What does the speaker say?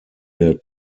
der